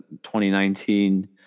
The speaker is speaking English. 2019